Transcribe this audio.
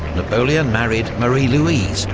napoleon married marie louise,